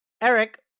Eric